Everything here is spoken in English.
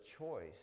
choice